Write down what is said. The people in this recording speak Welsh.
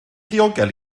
ddiogel